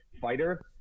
fighter